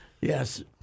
Yes